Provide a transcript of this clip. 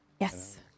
Yes